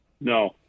no